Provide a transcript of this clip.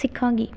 ਸਿੱਖਾਂਗੀ